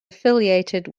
affiliated